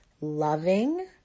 loving